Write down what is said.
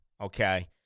okay